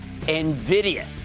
NVIDIA